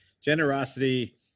Generosity